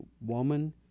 woman